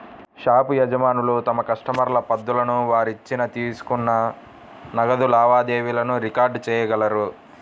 shop యజమానులు తమ కస్టమర్ల పద్దులను, వారు ఇచ్చిన, తీసుకున్న నగదు లావాదేవీలను రికార్డ్ చేయగలరు